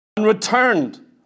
returned